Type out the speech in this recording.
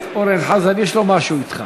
חבר הכנסת אורן חזן, יש לו משהו אצלך.